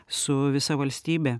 su visa valstybe